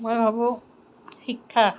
মই ভাবোঁ শিক্ষা